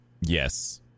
yes